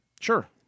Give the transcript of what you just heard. Sure